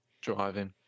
Driving